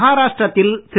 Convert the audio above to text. மஹாராஷ்டிர த்தில் திரு